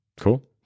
Cool